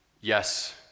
yes